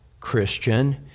christian